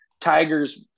Tiger's